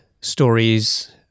stories